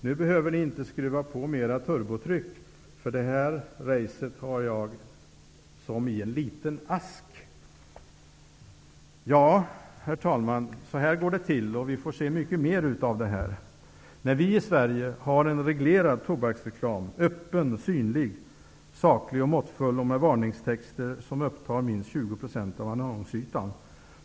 Nu behöver ni inte skruva på mera turbotryck, för det här racet har jag som i en liten ask''. Herr talman! Så här går det till. Vi kommer att få se mycket mer av det här. I Sverige har vi en reglerad tobaksreklam som är öppen, synlig, saklig och måttfull. Varningstexter upptar minst 20 % av annonsytan.